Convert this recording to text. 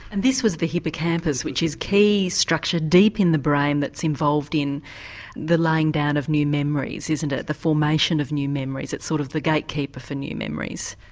and this was the hippocampus, which is the key structure, deep in the brain, that's involved in the laying down of new memories isn't it, the formation of new memories it's sort of the gatekeeper for new memories?